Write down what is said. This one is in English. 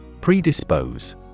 Predispose